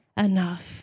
enough